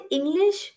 English